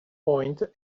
point